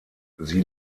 sie